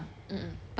mmhmm